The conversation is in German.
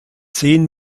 zehn